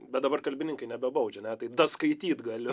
bet dabar kalbininkai nebebaudžia ane skaityt galiu